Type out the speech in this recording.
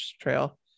trail